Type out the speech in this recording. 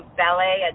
ballet